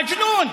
מג'נון.